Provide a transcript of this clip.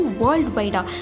worldwide